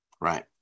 right